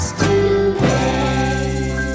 today